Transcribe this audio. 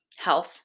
Health